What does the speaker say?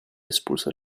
espulso